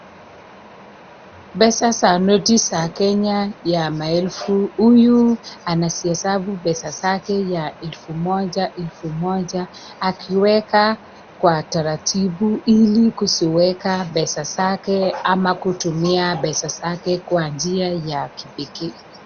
Pesa za noti za Kenya ya elfu. Huyu anazihisabu pesa zake ya elfu moja elfu moja akiweka kwa utaratibu ili kusiweka pesa zake ama kutumia pesa zake kwa njia ya kipekee.